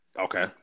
okay